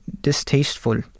distasteful